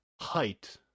height